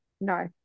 no